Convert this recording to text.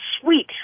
sweet